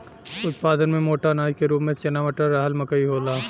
उत्पादन में मोटा अनाज के रूप में चना मटर, रहर मकई होला